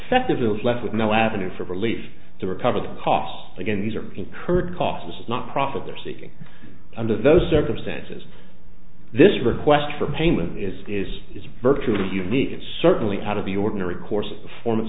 festivals left with no avenue for relief to recover the costs again these are incurred costs not profit they're seeking under those circumstances this request for payment is is is virtually unique and certainly out of the ordinary course